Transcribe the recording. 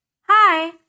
Hi